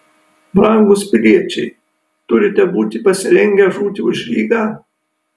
brangūs piliečiai turite būti pasirengę žūti už rygą